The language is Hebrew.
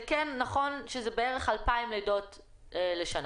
זה כן נכון שאלה בערך 2,000 לידות בשנה.